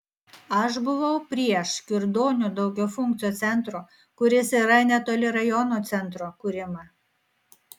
aš buvau prieš kirdonių daugiafunkcio centro kuris yra netoli rajono centro kūrimą